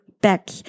back